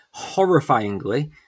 horrifyingly